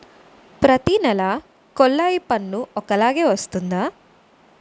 ప్రతి నెల కొల్లాయి పన్ను ఒకలాగే వస్తుందా?